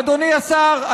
אדוני השר,